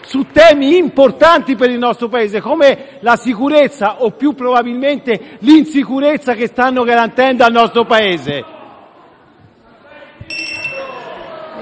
su temi importanti per il nostro Paese come la sicurezza, o più probabilmente l'insicurezza che stanno garantendo al nostro Paese.